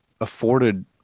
afforded